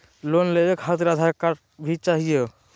Loan लेवे खातिरआधार card भी चाहियो?